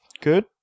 good